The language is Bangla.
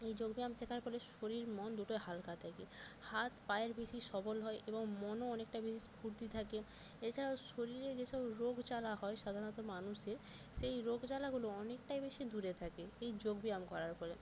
এই যোগ ব্যায়াম শেখার ফলে শরীর মন দুটোই হালকা থাকে হাত পায়ের বেশি সবল হয় এবং মনও অনেকটাই বেশি স্ফূর্তি থাকে এছাড়াও শরীরে যেসব রোগ জ্বালা হয় সাধারণত মানুষের সেই রোগ জ্বালাগুলো অনেকটাই বেশি দূরে থাকে এই যোগ ব্যায়াম করার ফলে